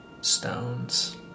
stones